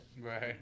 Right